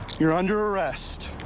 you're under arrest.